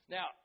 Now